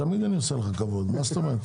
תמיד אני עושה לך כבוד, מה זאת אומרת?